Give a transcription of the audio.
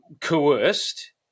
coerced